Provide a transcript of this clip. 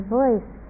voice